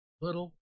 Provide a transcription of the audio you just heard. little